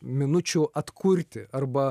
minučių atkurti arba